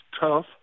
tough